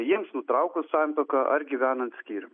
jiems nutraukus santuoką ar gyvenant skyrium